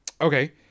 okay